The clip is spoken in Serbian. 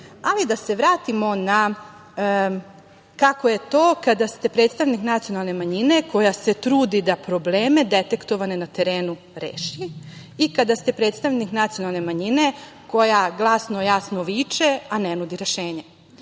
da se vratimo na kako je to kada ste predstavnik nacionalne manjine koja se trudi da probleme detektovane na terenu reši i kada ste predstavnik nacionalne manjine, koja glasno, jasno viče, a ne nudi rešenje.